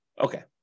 Okay